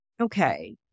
okay